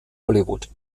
hollywood